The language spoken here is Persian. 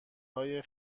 های